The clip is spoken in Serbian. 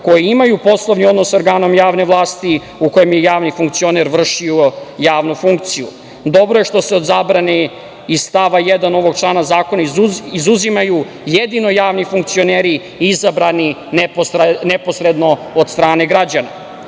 koji imaju poslovni odnos sa organom javne vlasti u kojem je javni funkcioner vršio javnu funkciju“.Dobro je što se o zabrani iz stava 1. ovog člana zakona izuzimaju jedino javni funkcioneri izabrani neposredno od strane građana. Razlozi